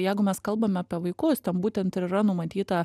jeigu mes kalbame apie vaikus ten būtent ir yra numatyta